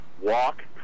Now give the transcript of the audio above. walk